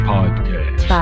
Podcast